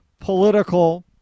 political